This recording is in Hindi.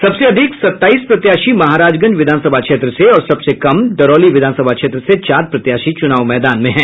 सबसे अधिक सत्ताईस प्रत्याशी महाराजगंज विधानसभा क्षेत्र से और सबसे कम दरौली विधानसभा क्षेत्र से चार प्रत्याशी चुनाव मैदान में हैं